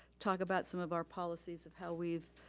talk about some of our policies of how we've,